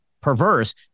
perverse